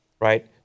right